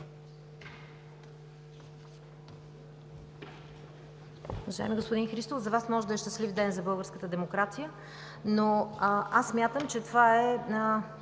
Уважаеми господин Христов! За Вас може да е „щастлив ден за българската демокрация“, но аз смятам, че това е